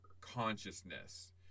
consciousness